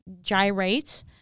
gyrate